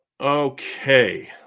Okay